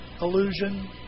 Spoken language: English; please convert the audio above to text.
illusion